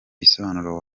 bisobanuro